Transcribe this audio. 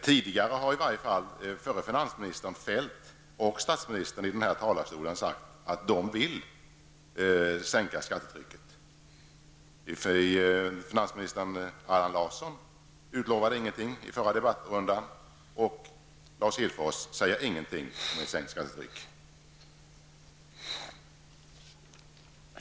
Tidigare har i varje fall förre finansministern Feldt och statsministern i den här talarstolen sagt att de vill sänka skattetrycket. Finansminister Allan Larsson utlovade ingenting i den förra debattrundan, och Lars Hedfors säger ingenting om ett sänkt skattetryck.